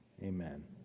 Amen